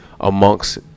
Amongst